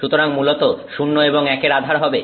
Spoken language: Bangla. সুতরাং মূলত শূন্য এবং একের আধার হবে